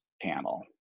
panel